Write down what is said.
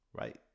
right